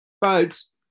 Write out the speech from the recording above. Boats